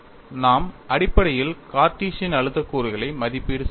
நாம் அடிப்படையில் கார்ட்டீசியன் அழுத்த கூறுகளை மதிப்பீடு செய்வோம்